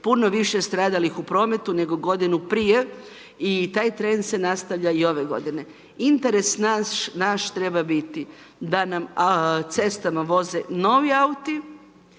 puno više stradalih u prometu, nego godinu prije i taj trend se nastavlja i ove g. Interes naš treba biti, da nam cestama voze novi auti